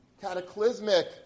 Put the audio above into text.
cataclysmic